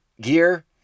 gear